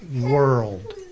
world